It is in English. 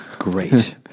Great